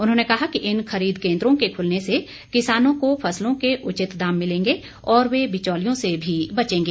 उन्होंने कहा कि इन खरीद केंद्रों के खुलने से किसानों को फसलों के उचित दाम मिलेंगे और वे बिचौलियों से भी बचेंगे